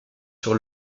sur